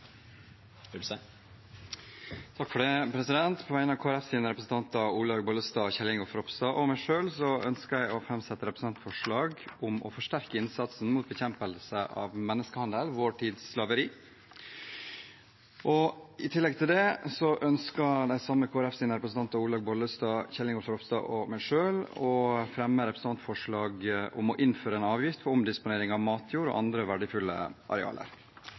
På vegne av Kristelig Folkepartis representanter Olaug Vervik Bollestad, Kjell Ingolf Ropstad og meg selv ønsker jeg å framsette representantforslag om forsterket innsats for å bekjempe menneskehandel – vår tids slaveri. I tillegg ønsker de samme representantene, Olaug Vervik Bollestad, Kjell Ingolf Ropstad og meg selv, å fremme representantforslag om å innføre en avgift på omdisponering av matjord og andre verdifulle arealer.